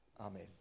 Amen